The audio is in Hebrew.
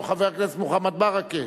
או חבר הכנסת מוחמד ברכה.